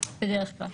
בדרך כלל.